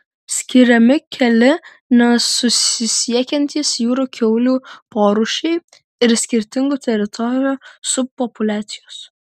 skiriami keli nesusisiekiantys jūrų kiaulių porūšiai ir skirtingų teritorijų subpopuliacijos